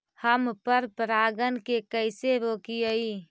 हम पर परागण के कैसे रोकिअई?